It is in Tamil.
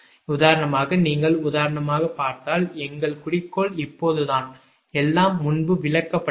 உதாரணமாக நீங்கள் உதாரணமாகப் பார்த்தால் எங்கள் குறிக்கோள் இப்போதுதான் எல்லாம் முன்பு விளக்கப்பட்டது